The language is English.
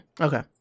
Okay